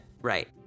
Right